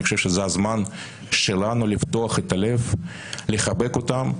אני חושב שזה הזמן שלנו לפתוח את הלב ולחבק אותן.